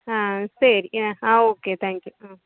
ஆ சரி ஆ ஆ ஓகே தேங்க்யூ ம்